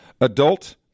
adult